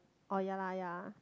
orh ya lah ya